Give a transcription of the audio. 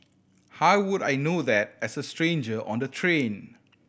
how would I know that as a stranger on the train